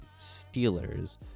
steelers